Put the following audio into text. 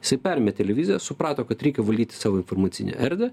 jisai perėmė televiziją suprato kad reikia valdyti savo informacinę erdvę